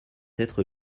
être